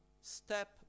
step